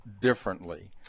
differently